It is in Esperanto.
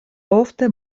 ofte